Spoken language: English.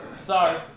Sorry